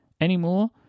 anymore